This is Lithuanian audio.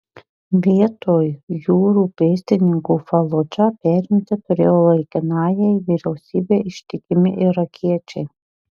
vietoj jūrų pėstininkų faludžą perimti turėjo laikinajai vyriausybei ištikimi irakiečiai